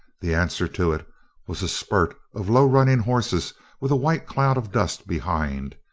the answer to it was a spurt of low-running horses with a white cloud of dust behind,